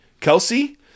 Kelsey